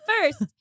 first